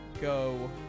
go